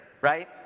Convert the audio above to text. right